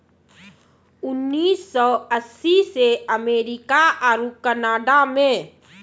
उन्नीस सौ अस्सी से अमेरिका आरु कनाडा मे